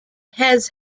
has